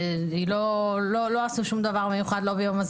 לא עשו שום דבר מיוחד לא ביום העצמאות,